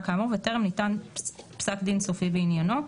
כאמור וטרם ניתן פסק דין סופי בעניינו.